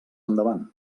endavant